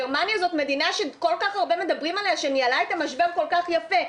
גרמניה זאת מדינה שכל כך הרבה מדברים עליה שניהלה את המשבר כל כך יפה,